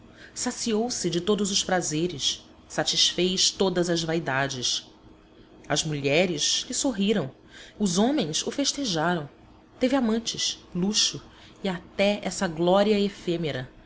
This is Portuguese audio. jovens saciou se de todos os prazeres satisfez todas as vaidades as mulheres lhe sorriram os homens o festejaram teve amantes luxo e até essa glória efêmera